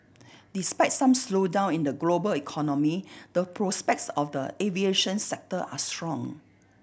despite some slowdown in the global economy the prospects for the aviation sector are strong